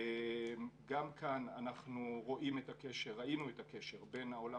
גם כאן אנחנו ראינו את הקשר בין העולם